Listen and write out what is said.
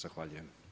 Zahvaljujem.